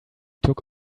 took